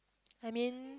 I mean